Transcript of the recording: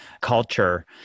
culture